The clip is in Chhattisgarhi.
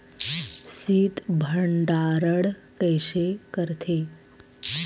शीत भंडारण कइसे करथे?